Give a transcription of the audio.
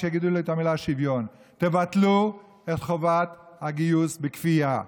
שיגידו לי את המילה שוויון: תבטלו את חובת הגיוס בכפייה.